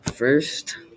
First